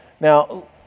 Now